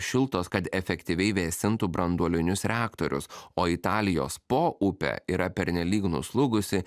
šiltos kad efektyviai vėsintų branduolinius reaktorius o italijos po upė yra pernelyg nuslūgusi